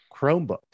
Chromebooks